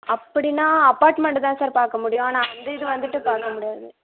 அப்படின்னா அப்பார்ட்மெண்டு தான் சார் பார்க்க முடியும் ஆனால் அந்த இது வந்துட்டு பார்க்க முடியாது